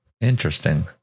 Interesting